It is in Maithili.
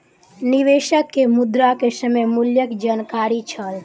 निवेशक के मुद्रा के समय मूल्यक जानकारी छल